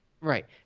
right